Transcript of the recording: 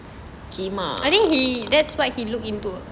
kimak